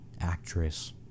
actress